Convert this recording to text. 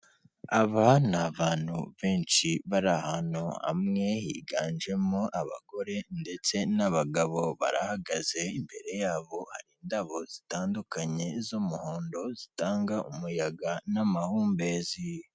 Aba ni abantu benshi bari ahantu hamwe, higanjemo abagore ndetse n'abagabo, barahagaze, imbere yabo hari indabo zitandukanye z'umuhondo zitanga umuyaga n'amahumbezi.